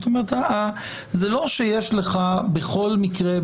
זה לא שיש לך בכל מקרה,